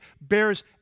bears